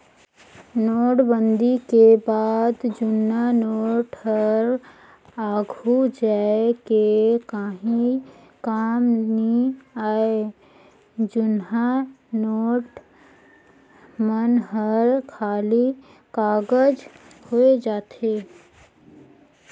नोटबंदी के बाद जुन्ना नोट हर आघु जाए के काहीं काम नी आए जुनहा नोट मन हर खाली कागज होए जाथे